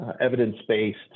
evidence-based